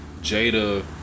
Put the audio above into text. Jada